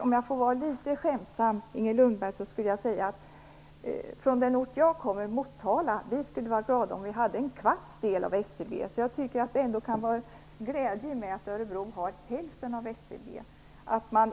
Om jag fick vara litet skämtsam, Inger Lundberg, skulle jag kunna säga att vi i den ort som jag kommer från, Motala, skulle vara glada om vi hade en kvarts del av SCB. Det kan ändå vara glädjande för Örebro att ha hälften av SCB.